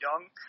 young –